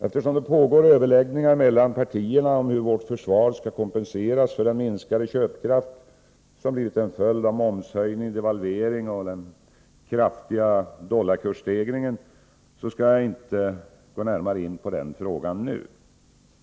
Eftersom det pågår överläggningar mellan partierna om hur vårt försvar skall kompenseras för den minskade köpkraft som blivit en följd av momshöjningen, devalveringen och den kraftiga dollarkursstegringen, skall jag inte närmare gå in på den frågan nu.